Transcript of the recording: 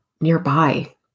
Nearby